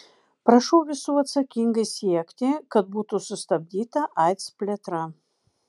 prašau visų atsakingai siekti kad būtų sustabdyta aids plėtra